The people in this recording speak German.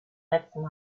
netzen